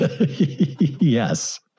Yes